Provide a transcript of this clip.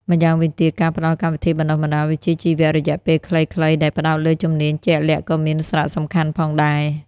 ម្យ៉ាងវិញទៀត ការផ្តល់កម្មវិធីបណ្តុះបណ្តាលវិជ្ជាជីវៈរយៈពេលខ្លីៗដែលផ្តោតលើជំនាញជាក់លាក់ក៏មានសារៈសំខាន់ផងដែរ។